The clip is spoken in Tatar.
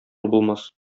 булмас